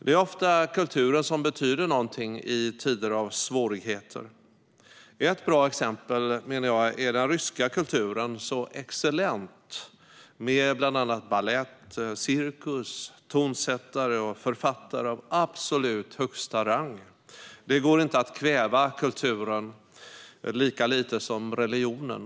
Det är ofta kulturen som betyder någonting i tider av svårigheter. Ett bra exempel, menar jag, är den ryska kulturen, som är så excellent med bland annat balett, cirkus, tonsättare och författare av absolut högsta rang. Det går inte att kväva kulturen, lika lite som religionen.